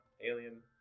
Alien